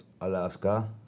Alaska